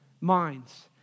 Minds